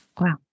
Wow